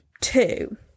two